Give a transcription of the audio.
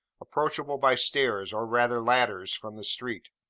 approachable by stairs or rather ladders from the street.